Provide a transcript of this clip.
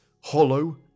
hollow